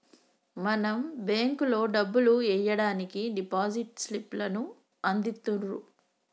మనం బేంకులో డబ్బులు ఎయ్యడానికి డిపాజిట్ స్లిప్ లను అందిత్తుర్రు